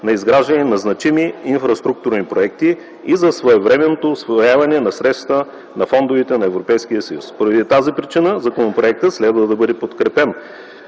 на изграждане на значими инфраструктурни проекти и за своевременното усвояване на средствата от фондовете на Европейския съюз. Поради тази причина законопроектът следва да бъде подкрепен,